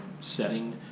setting